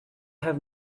have